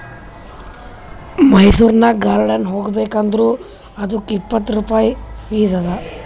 ಮೈಸೂರನಾಗ್ ಗಾರ್ಡನ್ ಹೋಗಬೇಕ್ ಅಂದುರ್ ಅದ್ದುಕ್ ಇಪ್ಪತ್ ರುಪಾಯಿ ಫೀಸ್ ಅದಾ